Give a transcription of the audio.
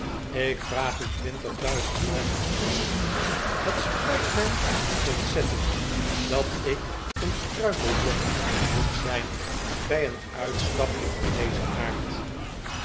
ik vraag u twintig duizendmaal excuus het spijt mij ontzettend dat ik een struikelblok moet zijn bij een uitstapje van dezen aard